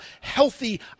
healthy